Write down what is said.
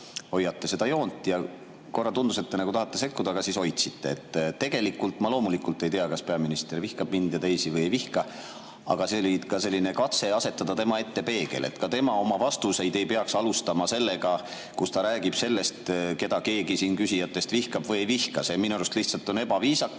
hoiate seda joont. Korra tundus, et te nagu tahate sekkuda, aga siis hoidsite [end tagasi]. Tegelikult ma loomulikult ei tea, kas peaminister vihkab mind ja teisi või ei vihka. Aga see oli selline katse asetada tema ette peegel, et ka tema ei peaks oma vastuseid alustama sellega, et ta räägib sellest, keda keegi siin küsijatest vihkab või ei vihka, see on minu arust lihtsalt ebaviisakas